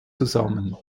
zusammen